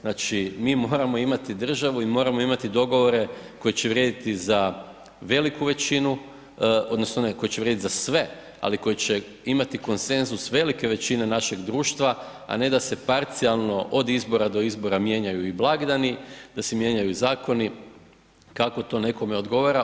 Znači, mi moramo imati državu i moramo imati dogovore koji će vrijediti za veliku većinu odnosno ne, koji će vrijediti za sve, ali koji će imati konsenzus velike većine našeg društva, a ne da se parcijalno od izbora do izbora mijenjaju i blagdani, da se mijenjaju i zakoni kako to nekome odgovara.